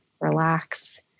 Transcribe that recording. relax